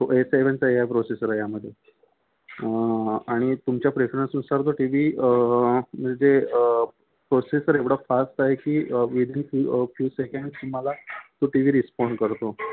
तो ए सेवनचा AI processor आहे यामध्ये आणि तुमच्या प्रेफरन्सनुसार तो टी वी म्हणजे प्रोसेसर एवढा फास्ट आहे की विदीन फ्यू फ्यू सेकंडस तुम्हाला तो टी वी रिस्पॉन्ड करतो